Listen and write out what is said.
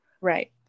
right